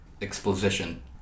Exposition